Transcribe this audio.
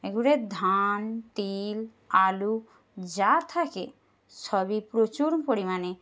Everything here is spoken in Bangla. একবারে ধান তিল আলু যা থাকে সবই প্রচুর পরিমাণে